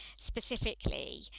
specifically